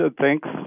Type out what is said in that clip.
thanks